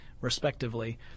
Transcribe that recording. respectively